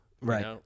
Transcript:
right